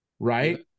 Right